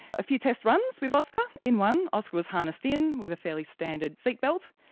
a few test runs with oscar, in one, oscar was harnessed in with a fairly standard seat-belt.